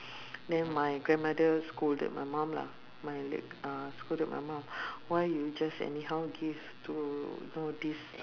then my grandmother scolded my mum lah my late uh scolded my mum why you just anyhow give to y~ know this